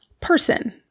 person